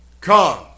Come